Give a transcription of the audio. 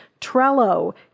Trello